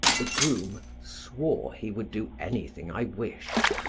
the groom swore he would do anything i wished,